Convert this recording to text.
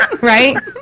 Right